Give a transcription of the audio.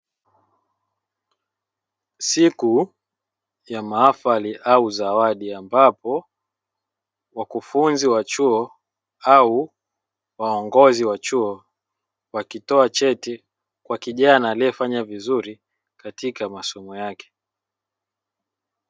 Siku ya mahafali au zawadi ambapo wakufunzi wa chuo au uongozi wa chuo wakitoa cheti kwa kijana aliyefanya vizuri katika masomo yake.